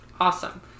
awesome